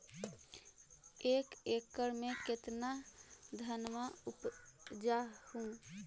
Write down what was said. एक एकड़ मे कितना धनमा उपजा हू?